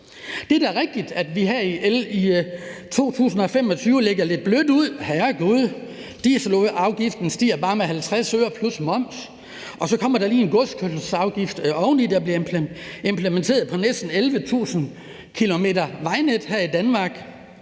Det er da rigtigt, at vi i 2025 lægger lidt blødt ud. Herregud, dieselolieafgiften stiger bare med 50 øre plus moms, og så kommer der lige en godskørselsafgift oveni, der bliver implementeret for næsten 11.000 km vejnet her i Danmark.